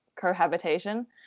cohabitation